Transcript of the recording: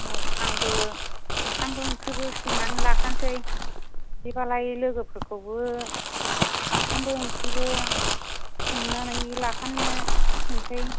औ आंबो ओंखामबो ओंख्रिबो संनानै लाखानोसै बिदिबालाय लोगोफोरखौबो ओंखामबो ओंख्रिबो संनानै लाखानो थिननोसै